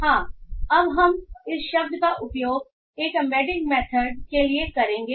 हां अब हम इस शब्द का उपयोग एक एम्बेडिंग मेथड के लिए करेंगे